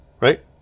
right